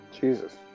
Jesus